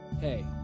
Hey